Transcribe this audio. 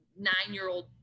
nine-year-old